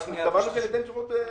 קבענו שניתן תשובות.